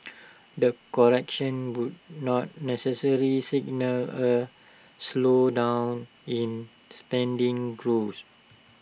the correction would not necessarily signal A slowdown in spending growth